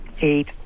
eight